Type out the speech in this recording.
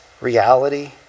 reality